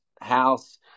house